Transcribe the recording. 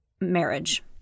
marriage